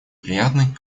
приятный